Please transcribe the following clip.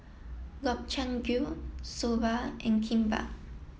Gobchang Gui Soba and Kimbap